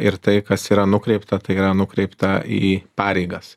ir tai kas yra nukreipta tai yra nukreipta į pareigas